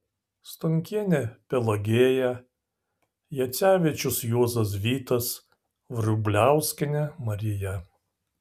stonkienė pelagėja jacevičius juozas vytas vrubliauskienė marija